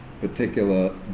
particular